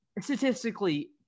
statistically